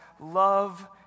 love